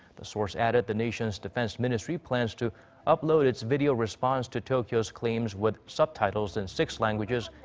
the source added. the nation's defense ministry plans to upload its video response to tokyo's claims with subtitles in six languages,